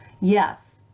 Yes